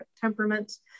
temperaments